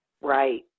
Right